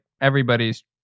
everybody's